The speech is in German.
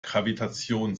kavitation